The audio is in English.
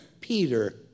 Peter